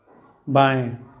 बाएँ